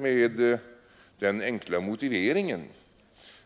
Med den enkla motiveringen